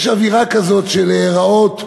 יש אווירה כזאת של להיראות in,